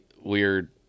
weird